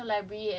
I think